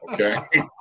okay